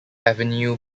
avenue